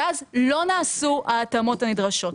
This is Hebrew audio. ואז לא נעשו ההתאמות הנדרשות.